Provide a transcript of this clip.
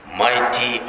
mighty